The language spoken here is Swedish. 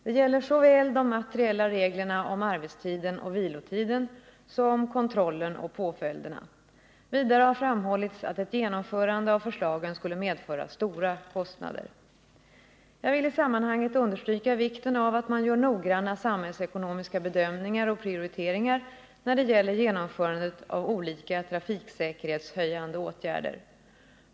Det gäller såväl de materiella reglerna om arbetstiden och vilotiden som kontrollen och påföljderna. Vidare har framhållits att ett genomförande av förslagen skulle medföra stora kostnader. Jag vill i sammanhanget understryka vikten av att man gör noggranna samhällsekonomiska bedömningar och prioriteringar när det gäller genomförandet av olika trafiksäkerhetshöjande åtgärder.